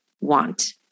want